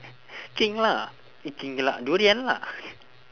king lah eh king lah durian lah